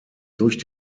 durch